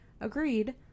agreed